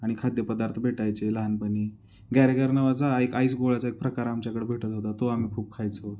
आणि खाद्यपदार्थ भेटायचे लहानपणी गारेगार नावाचा एक आईस गोळाचा एक प्रकार आमच्याकडं भेटत होता तो आम्ही खूप खायचो